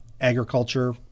agriculture